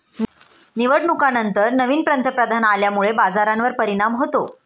निवडणुकांनंतर नवीन पंतप्रधान आल्यामुळे बाजारावर परिणाम होतो